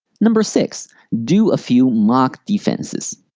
number six do a few mock defenses.